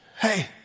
Hey